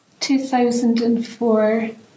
2004